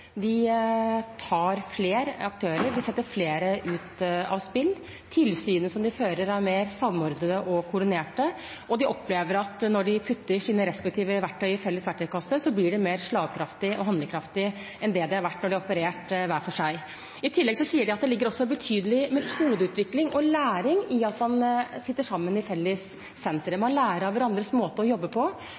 De tar flere aktører, de setter flere ut av spill. Tilsynet som de fører, er mer samordnet og koordinert, og de opplever at når de putter sine respektive verktøy i en felles verktøykasse, blir de mer slagkraftige og handlekraftige enn de har vært når de har operert hver for seg. I tillegg ser vi også at det ligger betydelig metodeutvikling og læring i at man flytter sammen i felles sentre. Man lærer av hverandres måte å jobbe på og hverandres måte å tilnærme seg problemstillinger på.